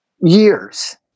years